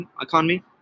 economy